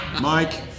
Mike